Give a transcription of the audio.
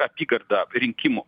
apygarda rinkimų